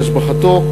והשבחתו,